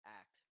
act